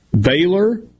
Baylor